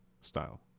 style